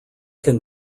can